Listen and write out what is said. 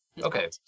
Okay